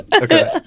okay